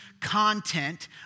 content